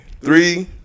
Three